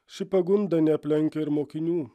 ši pagunda neaplenkia ir mokinių